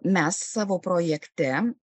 mes savo projekte